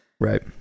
Right